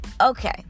Okay